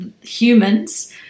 humans